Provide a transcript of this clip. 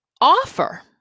offer